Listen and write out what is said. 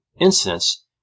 incidents